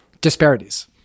disparities